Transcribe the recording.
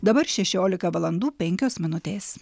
dabar šešiolika valandų penkios minutės